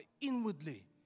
inwardly